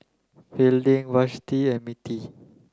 Fielding Vashti and Mettie